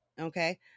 okay